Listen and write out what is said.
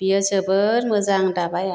बियो जोबोर मोजां दाबाया